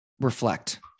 reflect